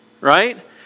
right